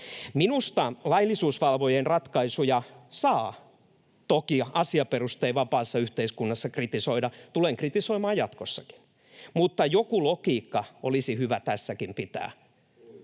Minusta laillisuusvalvojien ratkaisuja saa toki asiaperustein vapaassa yhteiskunnassa kritisoida — tulen kritisoimaan jatkossakin — mutta joku logiikka olisi hyvä tässäkin pitää.